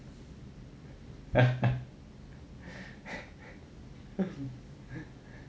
ha ha